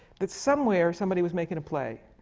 but somewhere, somebody was making a play.